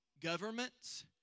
governments